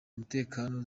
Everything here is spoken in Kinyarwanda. umutekano